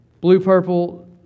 blue-purple